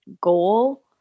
goal